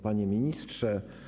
Panie Ministrze!